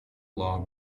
log